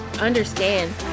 understand